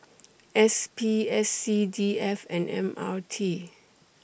S P S C D F and M R T